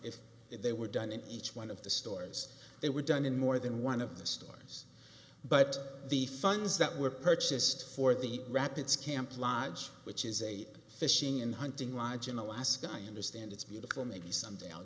if they were done in each one of the stories they were done in more than one of the stories but the funds that were purchased for the rapids camp lodge which is a fishing and hunting lodge in alaska i understand it's beautiful maybe someday i'll